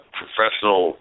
professional